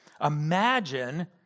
Imagine